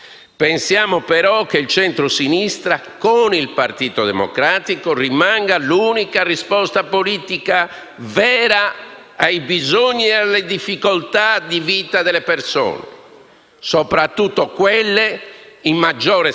ai bisogni e alle difficoltà di vita delle persone, soprattutto di quelle in maggiore sofferenza e marginalizzate, e l'unica risposta alle esigenze crescenti delle nostre comunità più fragili.